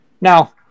now